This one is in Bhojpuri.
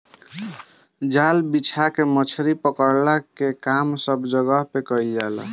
जाल बिछा के मछरी पकड़ला के काम सब जगह पे कईल जाला